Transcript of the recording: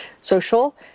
social